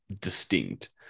distinct